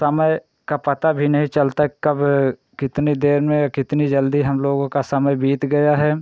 समय का पता भी नहीं चलता कि कब कितनी देर में या कितनी जल्दी हम लोगों का समय बीत गया है